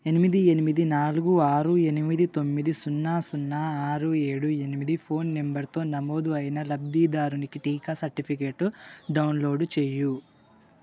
ఎనిమిది ఎనిమిది నాలుగు ఆరు ఎనిమిది తొమ్మిది సున్నా సున్నా ఆరు ఏడు ఎనిమిది ఫోన్ నంబరుతో నమోదు అయిన లబ్ధిదారునికి టీకా సర్టిఫికేటు డౌన్లోడ్ చేయి